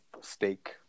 steak